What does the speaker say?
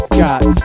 Scott